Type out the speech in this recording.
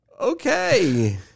Okay